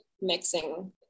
mixing